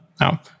Now